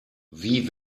wie